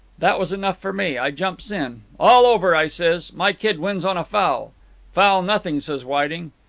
that was enough for me. i jumps in. all over i says. my kid wins on a foul foul nothing says whiting.